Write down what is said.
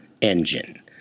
engine